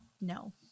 no